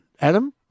Adam